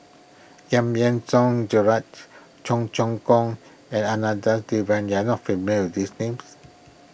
Giam Yean Song Gerald Cheong Choong Kong and Janadas Devan you are not familiar these names